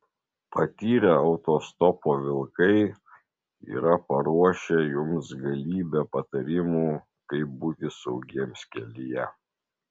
patyrę autostopo vilkai yra paruošę jums galybę patarimų kaip būti saugiems kelyje